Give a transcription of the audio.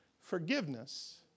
Forgiveness